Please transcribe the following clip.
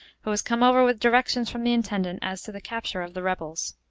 who has come over with directions from the intendant as to the capture of the rebels.